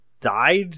died